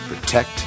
protect